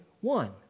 one